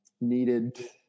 needed